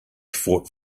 fought